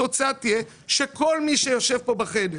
התוצאה תהיה שכל מי שיושב פה בחדר,